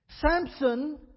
Samson